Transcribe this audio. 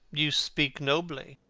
you speak nobly.